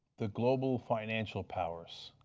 the global financial powers.